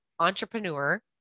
entrepreneur